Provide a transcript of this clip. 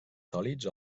sòlids